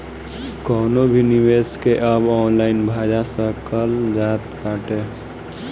कवनो भी निवेश के अब ऑनलाइन भजा सकल जात बाटे